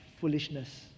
foolishness